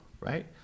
right